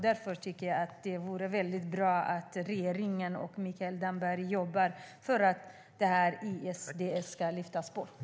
Därför tycker jag att det vore bra om regeringen och Mikael Damberg jobbade för att ISDS ska lyftas bort.